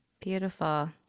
Beautiful